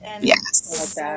Yes